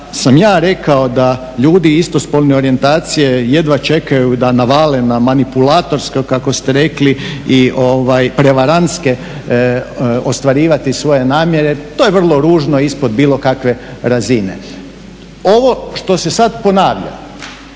sam ja rekao da ljudi istospolne orijentacije jedva čekaju da navale na manipulatorske, kako ste rekli i prevarantske ostvarivati svoje namjere, to je vrlo ružno i ispod bilo kakve razine. Ovo što se sada ponavlja,